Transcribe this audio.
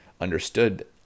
understood